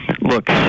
look